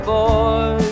boy